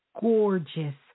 gorgeous